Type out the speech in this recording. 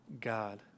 God